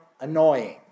annoying